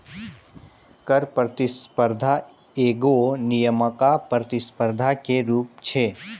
कर प्रतिस्पर्धा एगो नियामक प्रतिस्पर्धा के रूप छै